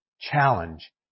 challenge